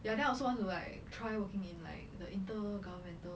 ya then I also want to like try working in like the inter governmental